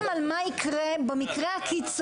-- אנחנו מסתכלים על מה יקרה במקרה הקיצוני.